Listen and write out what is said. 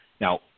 now